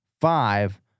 five